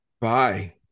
bye